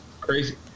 crazy